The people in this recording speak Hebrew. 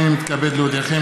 הינני מתכבד להודיעכם,